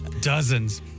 Dozens